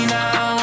now